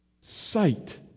sight